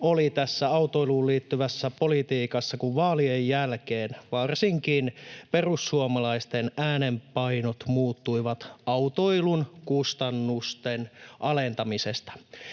oli tässä autoiluun liittyvässä politiikassa, kun vaalien jälkeen varsinkin perussuomalaisten äänenpainot muuttuivat autoilun kustannusten alentamisesta.